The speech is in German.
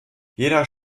jeder